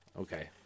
Okay